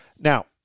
Now